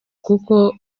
kuko